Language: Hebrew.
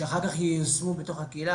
שאחר כך ייושמו בטיפול בקהילה,